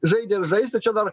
žaidė ir žais ir čia dar